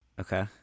Okay